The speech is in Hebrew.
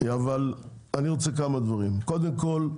אבל יש כמה דברים שאני רוצה: קודם כל,